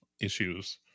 issues